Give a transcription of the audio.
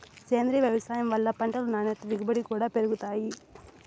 సేంద్రీయ వ్యవసాయం వల్ల పంటలు నాణ్యత దిగుబడి కూడా పెరుగుతాయి